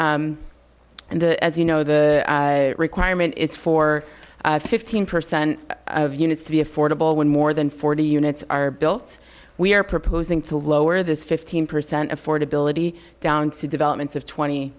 and as you know the requirement is for fifteen percent of units to be affordable when more than forty units are built we are proposing to lower this fifteen percent affordability down to developments of twenty